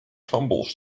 tumbles